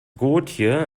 gotje